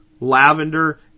lavender